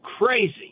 crazy